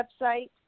website